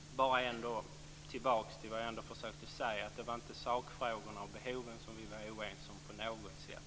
Fru talman! Jag vill då gå tillbaka till det jag försökte säga: Det var inte sakfrågorna och behoven som vi var oense om på något sätt.